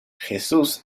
jesús